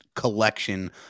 collection